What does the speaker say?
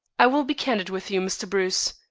i will be candid with you, mr. bruce.